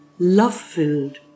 love-filled